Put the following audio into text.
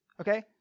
okay